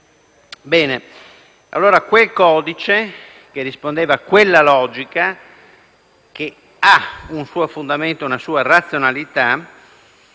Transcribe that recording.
Pertanto, quel codice, che rispondeva a quella logica, che ha un suo fondamento e una sua razionalità,